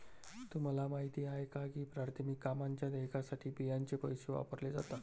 तुम्हाला माहिती आहे का की प्राथमिक कामांच्या देयकासाठी बियांचे पैसे वापरले जातात?